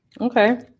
Okay